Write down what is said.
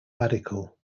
radical